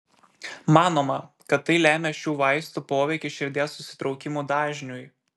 manoma kad tai lemia šių vaistų poveikis širdies susitraukimų dažniui